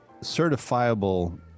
certifiable